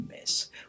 Miss